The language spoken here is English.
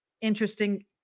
interesting